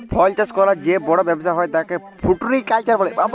ফল চাষ ক্যরার যে বড় ব্যবসা হ্যয় তাকে ফ্রুটিকালচার বলে